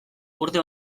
urte